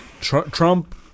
Trump